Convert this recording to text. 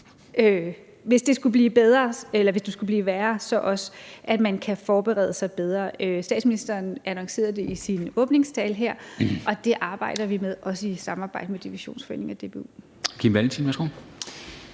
sige det – skulle blive værre, så kan forberede sig bedre. Statsministeren annoncerede det i sin åbningstale her, og det arbejder vi på, også i samarbejde med Divisionsforeningen og DBU. Kl.